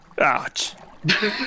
Ouch